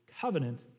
Covenant